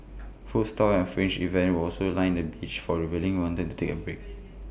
food stalls and fringe events will also line the beach for revealing wanted to take A break